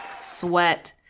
sweat